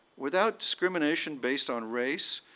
without discrimination based on race,